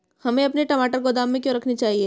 हमें अपने टमाटर गोदाम में क्यों रखने चाहिए?